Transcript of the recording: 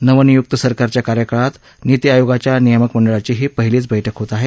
नवं नियुक्त सरकारच्या कार्यकाळात नीती आयोगाच्या नियामक मंडळाची ही पहिलीच बैठक आहे